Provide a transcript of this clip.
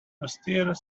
austere